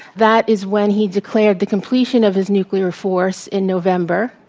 that is when he declared the completion of his nuclear force in november,